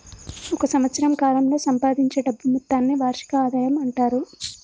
ఒక సంవత్సరం కాలంలో సంపాదించే డబ్బు మొత్తాన్ని వార్షిక ఆదాయం అంటారు